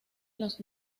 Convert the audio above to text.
los